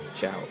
Ciao